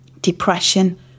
depression